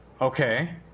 Okay